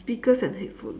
speakers and headphone